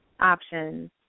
options